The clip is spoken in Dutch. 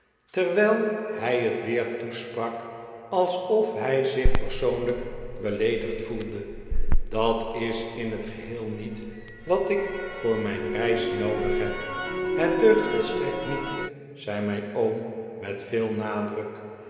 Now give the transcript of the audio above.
terwijl hij het weer toesprak alsof hij zich persoonlijk beleedigd voelde dat is in het geheel niet wat ik voor mijn reis noodig heb het deugt volstrekt niet zei mijn oom met veel nadruk